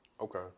Okay